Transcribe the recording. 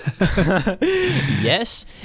yes